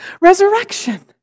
resurrection